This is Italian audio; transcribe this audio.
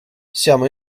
siamo